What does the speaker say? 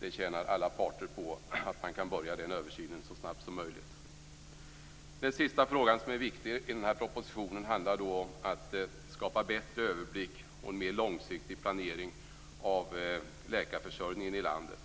Det är självfallet angeläget. Alla parter tjänar på att man kan börja den översynen så snabbt som möjligt. Den sista fråga som är viktig i propositionen handlar om att skapa bättre överblick och en mer långsiktig planering av läkarförsörjningen i landet.